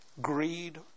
greed